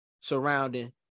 surrounding